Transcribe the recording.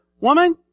Woman